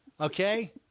okay